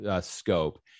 scope